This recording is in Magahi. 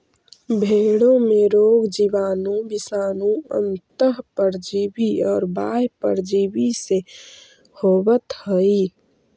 भेंड़ों में रोग जीवाणु, विषाणु, अन्तः परजीवी और बाह्य परजीवी से होवत हई